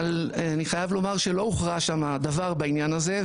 אבל אני חייב לומר שלא הוכרע שם דבר בעניין הזה,